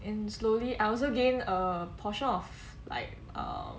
and slowly I also gained a portion of like err